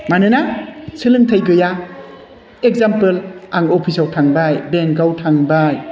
मानोना सोलोंथइ गैया एग्जामपोल आं अफिसआव थांबाय बेंकआव थांबाय